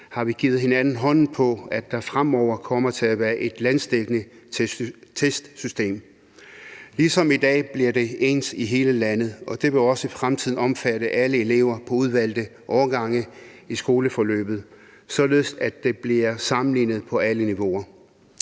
har vi givet hinanden hånden på, at der fremover kommer til at være et landsdækkende testsystem. Ligesom i dag bliver det ens i hele landet, og det vil også i fremtiden omfatte alle elever på udvalgte årgange i skoleforløbet, således at det bliver sammenlignet på alle niveauer.